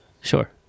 sure